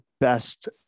best